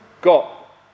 got